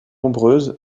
nombreuse